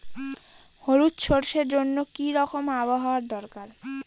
হলুদ সরষে জন্য কি রকম আবহাওয়ার দরকার?